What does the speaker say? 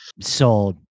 Sold